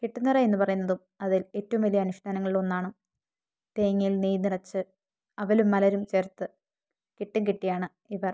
കെട്ടുനിറ എന്ന് പറയുന്നതും അതില് ഏറ്റവും വലിയ അനുഷ്ഠാനങ്ങളില് ഒന്നാണ് തേങ്ങയില് നെയ്യ് നിറച്ച് അവലും മലരും ചേര്ത്ത് കെട്ടും കെട്ടിയാണ് ഇവര്